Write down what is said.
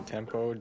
Tempo